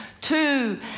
two